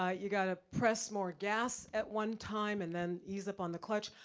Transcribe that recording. ah you gotta press more gas at one time, and then ease up on the clutch.